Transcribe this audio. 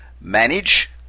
manage